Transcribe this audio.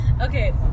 Okay